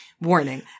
Warning